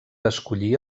escollir